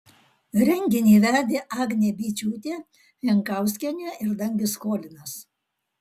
renginį vedė agnė byčiūtė jankauskienė ir dangis cholinas